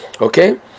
Okay